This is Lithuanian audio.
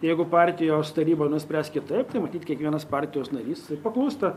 jeigu partijos taryba nuspręs kitaip tai matyt kiekvienas partijos narys ir paklūsta